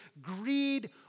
greed